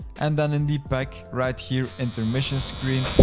and then in the pack, right here, intermission screen.